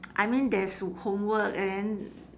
I mean there's homework and then